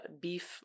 beef